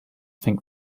think